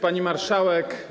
Pani Marszałek!